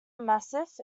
massif